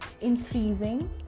increasing